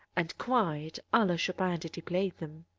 and quite a la chopin did he play them!